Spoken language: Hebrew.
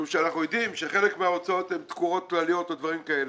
אנחנו יודעים שחלק מההוצאות הן תקורות כלליות או דברים כאלה.